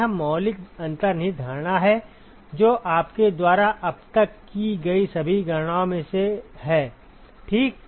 यह मौलिक अंतर्निहित धारणा है जो आपके द्वारा अब तक की गई सभी गणनाओं में है ठीक